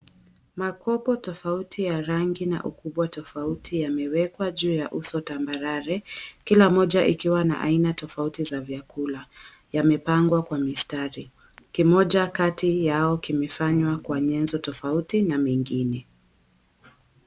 Makopo tofauti ya rangi na ukubwa tofauti yamewekwa juu ya uso tambarare, kila moja ikiwa na aina tofauti za vyakula. Yamepangwa kwa mistari. Kimoja kati yao kimefanywa kwa nyenzo tofauti na mengine.